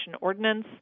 ordinance